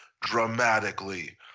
dramatically